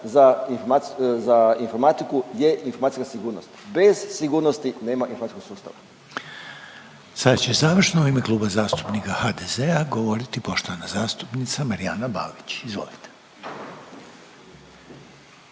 za informatiku gdje i informacijska sigurnost, bez sigurnosti nema informacijskog sustava. **Reiner, Željko (HDZ)** Sada će završno u ime Kluba zastupnika HDZ-a govoriti poštovana zastupnica Marijana Balić, izvolite.